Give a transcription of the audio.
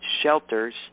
shelters